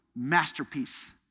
masterpiece